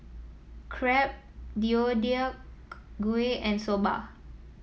Crepe Deodeok Gui and Soba